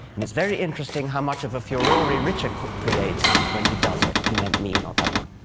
and it's very interesting how much of a furor richard creates when he does it. he meant me, not that one.